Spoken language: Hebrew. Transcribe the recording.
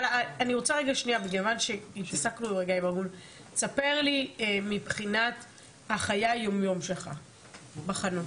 תספר לי מבחינת חיי היום-יום שלך בחנות.